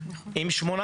עם 18,